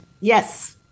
Yes